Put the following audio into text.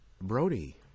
Brody